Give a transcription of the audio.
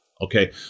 okay